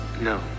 No